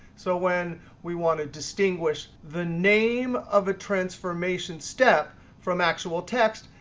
so when we want to distinguish the name of a transformation step from actual text,